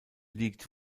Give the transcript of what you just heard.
liegt